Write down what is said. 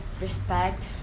respect